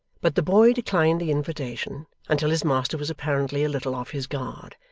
but the boy declined the invitation until his master was apparently a little off his guard,